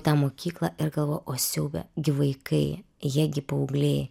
tą mokyklą ir galvoju o siaube gi vaikai jie gi paaugliai